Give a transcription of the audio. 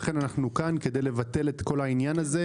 ולכן, אנחנו כאן כדי לבטל את העניין הזה.